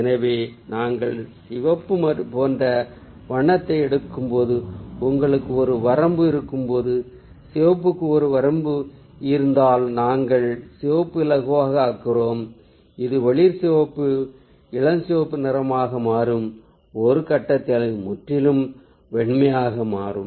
எனவே நாங்கள் சிவப்பு போன்ற வண்ணத்தை எடுக்கும்போது உங்களுக்கு ஒரு வரம்பு இருக்கும்போது சிவப்புக்கு ஒரு வரம்பு இருந்தால்நாங்கள் சிவப்பு இலகுவாக ஆக்குகிறோம் அது வெளிர் சிவப்பு இளஞ்சிவப்பு நிறமாக மாறும் ஒரு கட்டத்தில் அது முற்றிலும் வெண்மையாக மாறும்